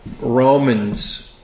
Romans